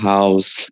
House